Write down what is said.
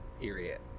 period